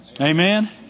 Amen